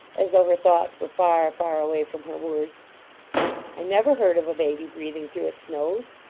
as though her thoughts were far, far away from her words i never heard of a baby breathing through its nose.